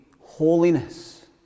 holiness